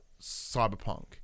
Cyberpunk